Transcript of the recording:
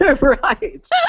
Right